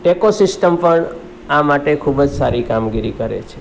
ટેકો સિસ્ટમ પણ આ માટે ખૂબ જ સારી કામગીરી કરે છે